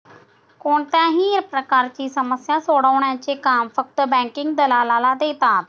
कोणत्याही प्रकारची समस्या सोडवण्याचे काम फक्त बँकिंग दलालाला देतात